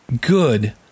good